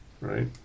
right